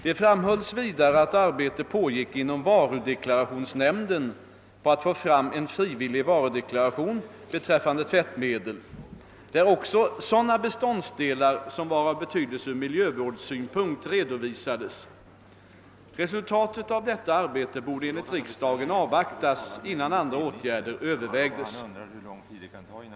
Det framhölls vidare att arbete pågick inom varudeklarationsnämnden på att få fram en frivillig varudeklaration beträffande tvättmedel, där också sådana beståndsdelar som var av betydelse från miljövårdssynpunkt redovisades. Resultaiet av detta arbete borde enligt riksdagen avvaktas innan andra åtgärder övervägdes.